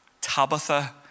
Tabitha